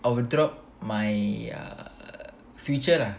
I would drop my err future lah